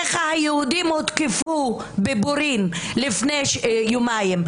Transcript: אחיך היהודים הותקפו בבורין לפני יומיים,